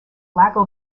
lago